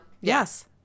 Yes